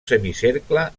semicercle